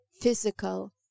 physical